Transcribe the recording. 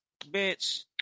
bitch